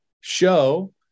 show